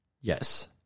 Yes